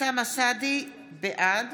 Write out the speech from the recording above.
בעד